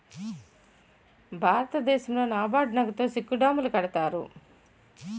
భారతదేశంలో నాబార్డు నగదుతో సెక్కు డ్యాములు కడతారు